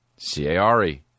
C-A-R-E